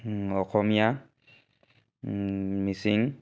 Asomiya Mising